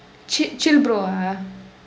chi~ chill bro ah